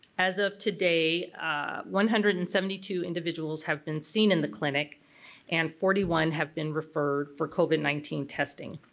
as of today one hundred and seventy two individuals have been seen in the clinic and forty one have been referred for covid nineteen testing.